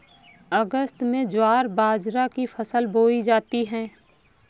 अगस्त में ज्वार बाजरा की फसल बोई जाती हैं